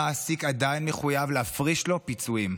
המעסיק עדיין מחויב להפריש לו פיצויים.